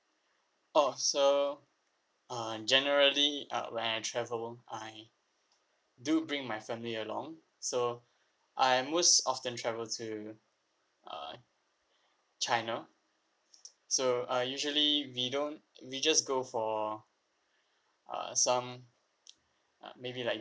oh so uh generally uh when I travel I do bring my family along so I most often travel to uh china so uh usually we don't we just go for uh some uh maybe like